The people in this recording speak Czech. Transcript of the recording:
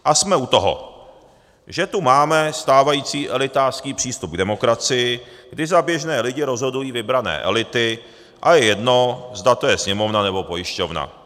A jsme u toho, že tu máme stávající elitářský přístup k demokracii, kdy za běžné lidi rozhodují vybrané elity, a je jedno, zda to je Sněmovna, nebo pojišťovna.